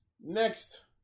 Next